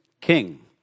king